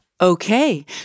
Okay